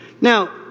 Now